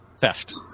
theft